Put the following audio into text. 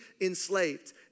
enslaved